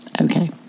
Okay